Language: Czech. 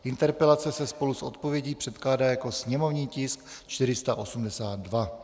Interpelace se spolu s odpovědí předkládá jako sněmovní tisk 482.